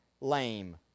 lame